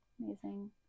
amazing